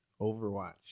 Overwatch